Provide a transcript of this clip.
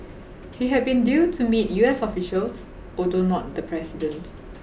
he had been due to meet U S officials although not the president